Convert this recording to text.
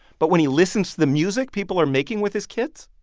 but when he listens to the music people are making with his kits.